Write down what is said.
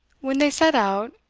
when they set out,